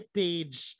page